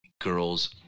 girls